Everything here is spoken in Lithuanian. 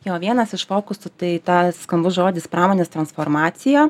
jo vienas iš fokusų tai tas skambus žodis pramonės transformacija